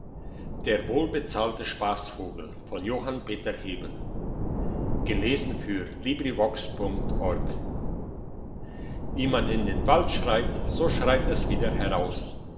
der wohlbezahlte spassvogel wie man in den wald schreit so schreit es wieder heraus